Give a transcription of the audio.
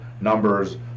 numbers